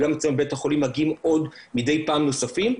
גם אצלי בבית החולים מגיעים מידי פעם עוד נוספים.